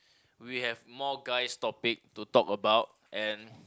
we have more guys topic to talk about and